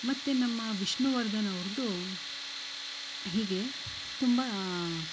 ಮತ್ತು ನಮ್ಮ ವಿಷ್ಣುವರ್ಧನ್ ಅವ್ರ್ದು ಹೀಗೆ ತುಂಬಾ